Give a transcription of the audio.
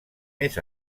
més